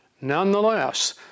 Nonetheless